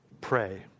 pray